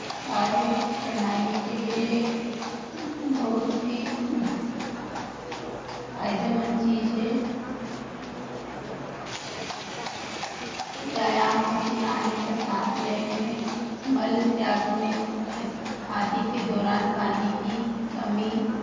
कार्य प्रणाली के लिए एक बहुत ही फायदेमंद चीज है व्यायाम पसीना आने पर सांस लेने मल त्यागने आदि के दौरान पानी की कमी